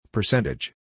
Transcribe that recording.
Percentage